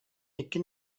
икки